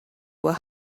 will